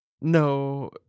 No